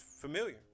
familiar